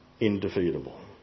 indefeatable